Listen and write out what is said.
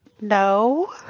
no